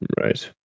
Right